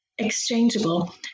Exchangeable